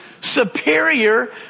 superior